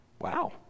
Wow